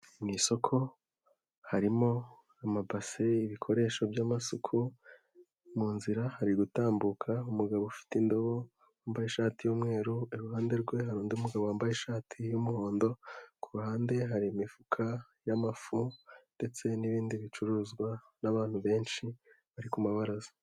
Mu isoko harimo amabase ibikoresho by'amasuku, mu nzira harigutambuka umugabo ufite indobo wambaye ishati y'umweru, iruhande rwe undi mugabo wambaye ishati y'umuhondo, kuruhande hari imifuka y'amafu ndetse n'ibindi bicuruzwa n'abantu benshi bari kumabaraza.